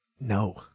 No